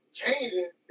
changing